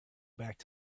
back